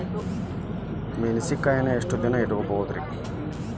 ಮೆಣಸಿನಕಾಯಿನಾ ಎಷ್ಟ ದಿನ ಇಟ್ಕೋಬೊದ್ರೇ?